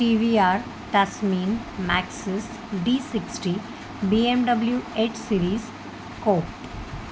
T V R Tasmin Maxis D sixty B M W eight series को